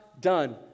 done